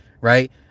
right